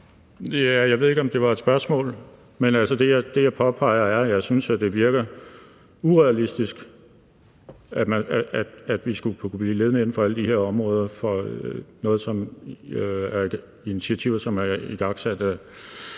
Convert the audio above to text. Jeg ved ikke, om det var et spørgsmål. Men altså, det, jeg påpeger, er, at jeg synes, at det virker urealistisk, at vi skulle kunne blive ledende inden for alle de her områder med de initiativer, som er igangsat af